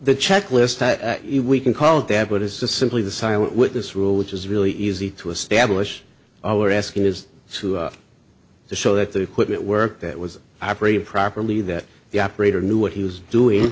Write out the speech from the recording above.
the checklist if we can call it that it is a simply the silent witness rule which is really easy to establish our asking is to show that the equipment work that was operating properly that the operator knew what he was doing